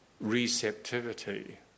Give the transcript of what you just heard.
receptivity